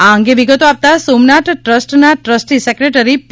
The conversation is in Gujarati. આ અંગે વિગતો આપતાં સોમનાથ ટ્રસ્ટના ટ્રસ્ટી સેક્રેટરી પી